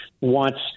wants